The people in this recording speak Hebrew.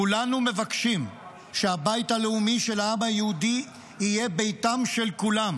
כולנו מבקשים שהבית הלאומי של העם היהודי יהיה ביתם של כולם.